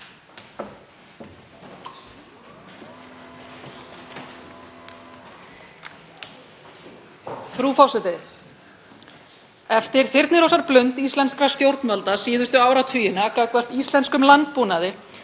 Frú forseti. Eftir þyrnirósarblund íslenskra stjórnvalda síðustu áratugina gagnvart íslenskum landbúnaði